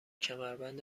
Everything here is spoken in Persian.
کمربند